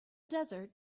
desert